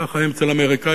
כך זה אצל האמריקנים.